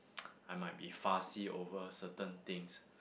I might be fussy over certain things